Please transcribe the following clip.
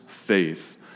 Faith